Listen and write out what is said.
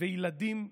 וילדים יצחקו".